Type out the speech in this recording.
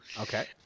Okay